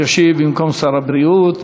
ישיב במקום שר הבריאות.